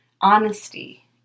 honesty